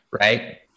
right